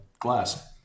glass